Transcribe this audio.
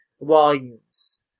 volumes